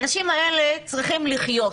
האנשים האלה צריכים לחיות.